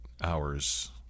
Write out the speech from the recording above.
hours